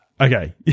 Okay